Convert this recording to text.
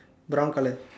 brown color